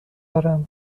دارم